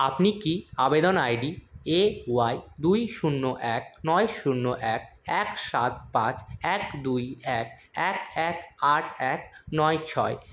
আপনি কি আবেদন আইডি এ ওয়াই দুই শূন্য এক নয় শূন্য এক এক সাত পাঁচ এক দুই এক এক এক আট এক নয় ছয়